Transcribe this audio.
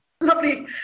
Lovely